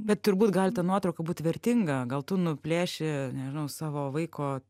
bet turbūt gali ta nuotrauka būt vertinga gal tu nuplėši nežinau savo vaiko